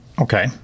Okay